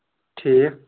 ٹھیٖک